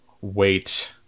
wait